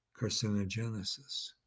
carcinogenesis